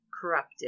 corrupted